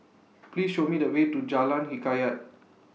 Please Show Me The Way to Jalan Hikayat